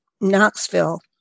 Knoxville